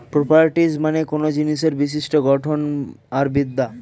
properties মানে কোনো জিনিসের বিশিষ্ট গঠন আর বিদ্যা